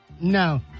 no